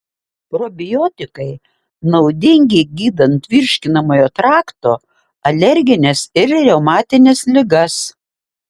probiotikai naudingi gydant virškinamojo trakto alergines ir reumatines ligas